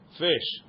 fish